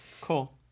Cool